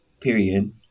Period